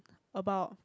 about